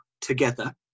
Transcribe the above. together